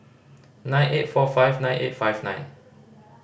nine eight four five nine eight five nine